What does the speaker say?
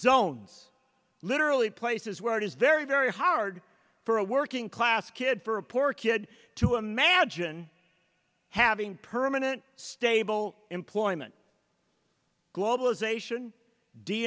zones literally places where it is very very hard for a working class kid for a poor kid to imagine having permanent stable employment globalization